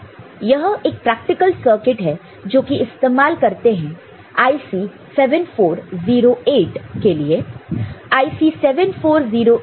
यह एक practical circuit है जोकि इस्तेमाल करते हैं IC 7408 के लिए